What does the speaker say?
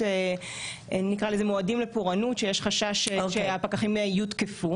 מועדים לפורענות שיש חשש שהפקחים יותקפו.